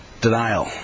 Denial